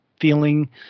feeling